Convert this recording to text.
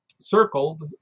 circled